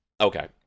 Okay